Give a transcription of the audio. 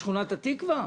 בשכונת התקווה?